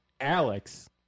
Alex